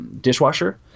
dishwasher